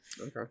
Okay